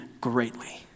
greatly